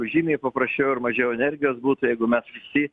žymiai paprasčiau ir mažiau energijos būtų jeigu mes visi